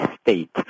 state